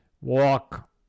walk